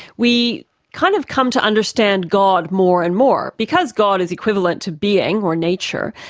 we kind of come to understand god more and more. because god is equivalent to being, or nature,